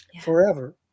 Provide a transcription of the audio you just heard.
forever